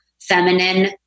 feminine